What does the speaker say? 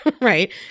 right